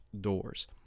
doors